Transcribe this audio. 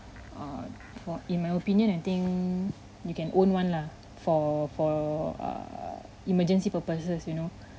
err for in my opinion I think you can own one lah for for err uh emergency purposes you know